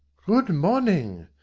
good-morning,